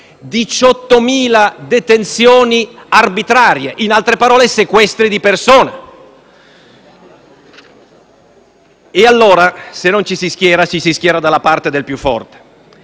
18.000 detenzioni arbitrarie (in altre parole, sequestri di persona). Se non ci si schiera, allora, ci si schiera dalla parte del più forte.